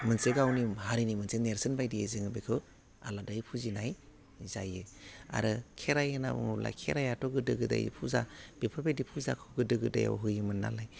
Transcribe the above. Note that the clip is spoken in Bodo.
मोनसे गावनि हारिनि मोनसे नेर्सोन बायदियै जोङो बेखौ आलादायै फुजिनाय जायो आरो खेराय होन्ना बुङोब्ला खेरायाथ' गोदो गोदाय फुजा बेफोर बायदि फुजाखौ गोदो गोदायाव होयोमोन नालाय